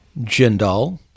Jindal